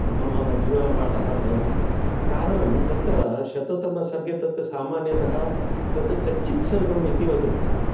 मम जीवनपाठः भवति कारणं तत्र शततमे सर्गे तत् सामान्यतः तत् कच्चित् सर्गम् इति वदन्ति